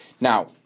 Now